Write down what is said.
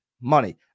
money